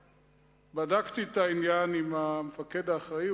בדקתי את העניין עם המפקד האחראי,